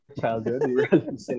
childhood